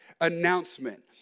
announcement